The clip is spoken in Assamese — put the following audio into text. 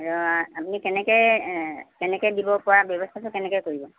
আপুনি কেনেকৈ কেনেকৈ দিব পৰা ব্যৱস্থাটো কেনেকৈ কৰিব